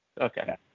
Okay